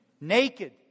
naked